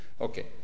Okay